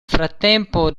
frattempo